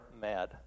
mad